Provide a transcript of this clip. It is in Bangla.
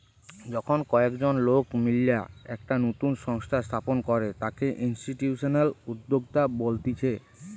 যখন কয়েকজন লোক মিললা একটা নতুন সংস্থা স্থাপন করে তাকে ইনস্টিটিউশনাল উদ্যোক্তা বলতিছে